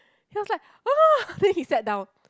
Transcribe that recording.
he was like !wah! then he sat down